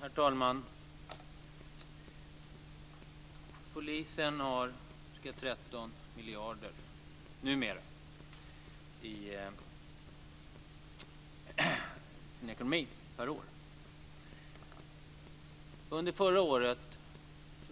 Herr talman! Polisen har numera ca 13 miljarder per år i sin ekonomi. Under förra året